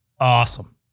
awesome